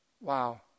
Wow